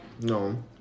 No